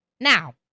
Now